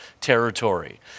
territory